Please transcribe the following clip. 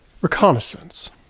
Reconnaissance